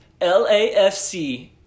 LAFC